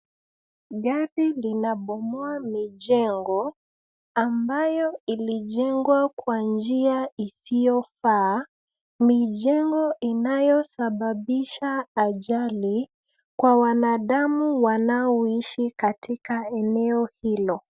Gari linabomoa mijengo ambayo ilijengwa kwa njia isiyofaa. Mijengo inayosababisha ajali kwa wanadamu wanaoishi katika eneo hilo.